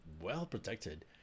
well-protected